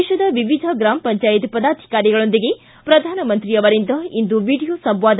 ದೇಶದ ವಿವಿಧ ಗ್ರಾಮ ಪಂಚಾಯತ್ ಪದಾಧಿಕಾರಿಗಳೊಂದಿಗೆ ಪ್ರಧಾನಮಂತ್ರಿ ಅವರಿಂದ ಇಂದು ವಿಡಿಯೋ ಸಂವಾದ